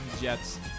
Jets